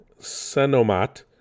Senomat